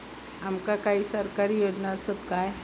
आमका काही सरकारी योजना आसत काय?